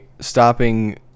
stopping